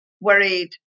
worried